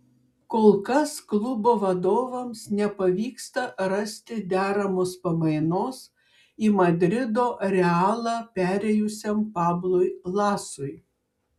kol kas klubo vadovams nepavyksta rasti deramos pamainos į madrido realą perėjusiam pablui lasui